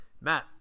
Matt